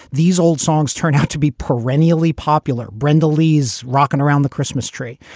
these old songs turn out to be perennially popular. brenda lee's rockin around the christmas tree.